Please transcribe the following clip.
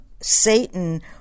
Satan